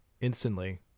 instantly